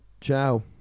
ciao